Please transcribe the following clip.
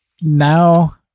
now